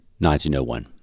1901